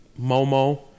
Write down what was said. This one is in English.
Momo